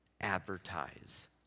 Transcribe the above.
advertise